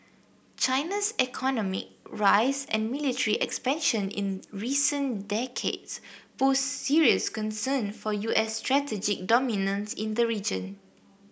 China's economy rise and military expansion in recent decades pose serious concern for U S strategy dominance in the region